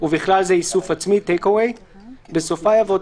ובכלל זה איסוף עצמי (Take Away) ;״; (2)בסופה יבוא: